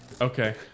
Okay